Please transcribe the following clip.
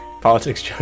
politics